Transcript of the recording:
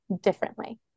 differently